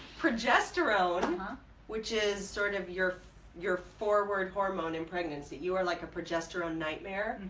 progesterone which is sort of your your forward hormone in pregnant that you are like a progesterone nightmare